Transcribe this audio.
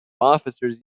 officers